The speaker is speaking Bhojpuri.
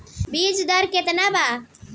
बीज दर केतना बा?